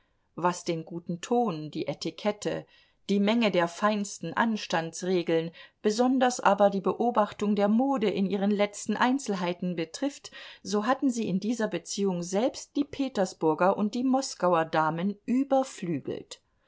was den guten ton die etikette die menge der feinsten anstandsregeln besonders aber die beobachtung der mode in ihren letzten einzelheiten betrifft so hatten sie in dieser beziehung selbst die petersburger und die moskauer damen überflügelt